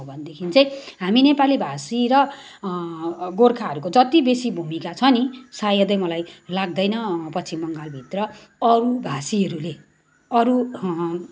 हो भनेदेखि चाहिँ हामी नेपालीभाषी र गोर्खाहरूको जति बेसी भूमिका छ नि सायदै मलाई लाग्दैन पश्चिम बङ्गालभित्र अरू भाषीहरूले अरू